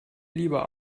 lieber